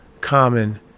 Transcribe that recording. common